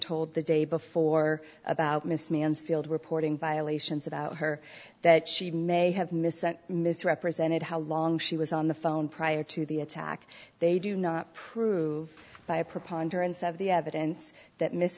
told the day before about miss mansfield reporting violations about her that she may have missed scent misrepresented how long she was on the phone prior to the attack they do not prove by a preponderance of the evidence that m